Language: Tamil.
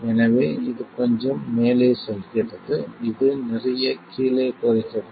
எனவே இது கொஞ்சம் மேலே செல்கிறது இது நிறைய கீழே குறைகிறது